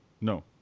No